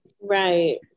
Right